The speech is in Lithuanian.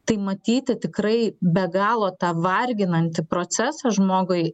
tai matyti tikrai be galo tą varginantį procesą žmogui